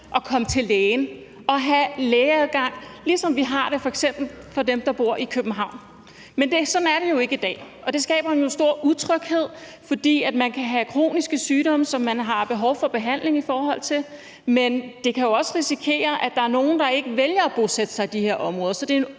at komme til lægen og have lægeadgang, ligesom der er for f.eks. dem, der bor i København. Men sådan er det jo ikke i dag, og det skaber en utrolig stor utryghed, fordi man kan have kroniske sygdomme, som man har behov for behandling af. Men vi kan også risikere, at der er nogle, der vælger ikke at bosætte sig i de her områder.